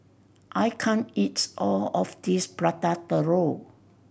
I can't eat all of this Prata Telur